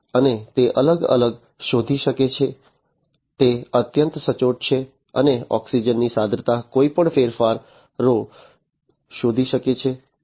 અને તે અલગ અલગ શોધી શકે છે તે અત્યંત સચોટ છે અને ઓક્સિજનની સાંદ્રતામાં કોઈપણ ફેરફારો શોધી શકે છે